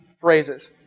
phrases